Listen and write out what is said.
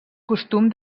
costum